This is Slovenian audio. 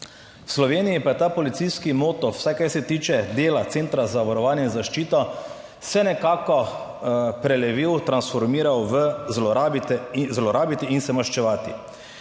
V Sloveniji pa je ta policijski moto, vsaj kar se tiče dela Centra za varovanje in zaščito, se nekako prelevil, transformiral v zlorabi..., zlorabiti in se maščevati.